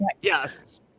Yes